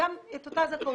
גם אותה זכאות,